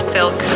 Silk